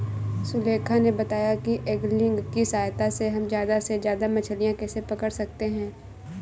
सुलेखा ने बताया कि ऐंगलिंग की सहायता से हम ज्यादा से ज्यादा मछलियाँ कैसे पकड़ सकते हैं